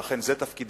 ואכן זה תפקידה,